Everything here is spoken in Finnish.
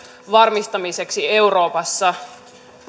varmistamiseksi euroopassa